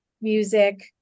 music